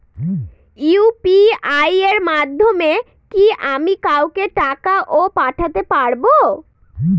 UPI এর মাধ্যমে কি আমি কাউকে টাকা ও পাঠাতে পারবো?